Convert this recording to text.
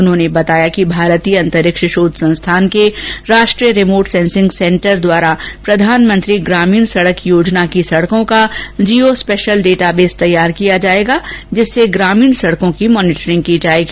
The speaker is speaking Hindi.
उन्होंने बताया कि भारतीय अंतरिक्ष शोध संस्थान के राष्ट्रीय रिमोट सेंसिंग सेंटर द्वारा प्रधानमंत्री ग्रामीण सड़क योजना की सड़कों का जिओ स्पेशियल डेटाबेस तैयार किया जाएगा जिससे ग्रामीण सड़कों की मानिटरिंग की जाएगी